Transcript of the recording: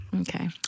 Okay